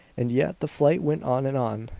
and yet the flight went on and on,